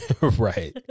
Right